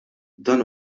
dan